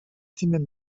تیم